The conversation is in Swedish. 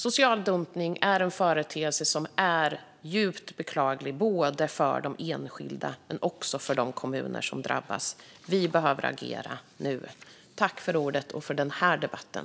Social dumpning är en företeelse som är djupt beklaglig, både för de enskilda och för de kommuner som drabbas. Vi behöver agera nu. Tack för debatten!